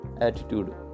attitude